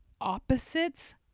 opposites